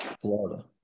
Florida